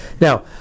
Now